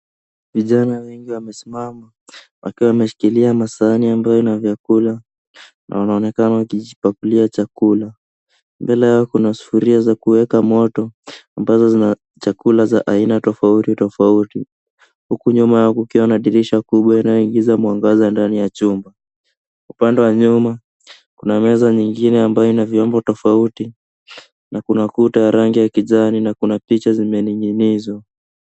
Vijana wengi wamesimama wakiwa wameshikilia masahani ambayo yana vyakula, na wanaonekana wakijipakulia chakula. Mbele yao kuna sufuria za kuweka moto ambazo zina chakula za aina tofauti tofauti. Huku nyuma yao ukiona dirisha kubwa inayoingiza mwangaza ndani ya chumba. Upande wa nyuma, kuna meza nyingine ambayo ina vyombo tofauti, na kuna kuta ya rangi ya kijani na kuna picha zimening'inizwa.